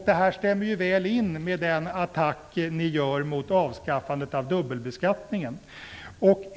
Detta stämmer ju väl in med den attack ni riktar mot avskaffandet av dubbelbeskattningen.